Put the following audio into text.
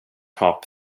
hop